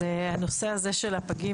הנושא הזה של הפגים